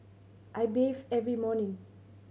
I bathe every morning